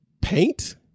paint